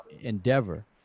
endeavor